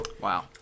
Wow